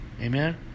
Amen